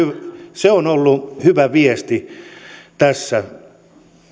se on ollut hyvä viesti tässä